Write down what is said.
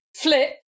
flip